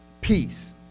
peace